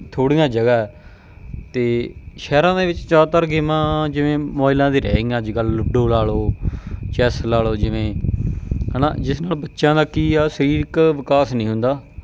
ਥੋੜ੍ਹੀਆਂ ਜਗ੍ਹਾ 'ਤੇ ਸ਼ਹਿਰਾਂ ਦੇ ਵਿੱਚ ਜ਼ਿਆਦਾਤਰ ਗੇਮਾਂ ਜਿਵੇਂ ਮੋਬਾਈਲਾਂ 'ਤੇ ਰਹਿ ਗਈਆਂ ਅੱਜ ਕੱਲ੍ਹ ਲੂਡੋ ਲਾ ਲਉ ਚੈਸ ਲਾ ਲਉ ਜਿਵੇਂ ਹੈ ਨਾ ਜਿਸ ਨਾਲ ਬੱਚਿਆਂ ਦਾ ਕੀ ਆ ਸਰੀਰਕ ਵਿਕਾਸ ਨਹੀਂ ਹੁੰਦਾ